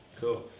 Cool